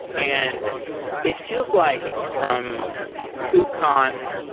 and it feels like from kubecon,